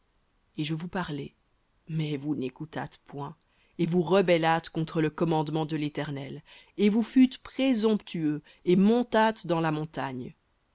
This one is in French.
et je vous parlai mais vous n'écoutâtes point et vous rebellâtes contre le commandement de l'éternel et vous fûtes présomptueux et montâtes dans la montagne